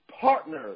partners